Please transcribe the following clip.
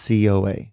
COA